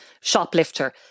shoplifter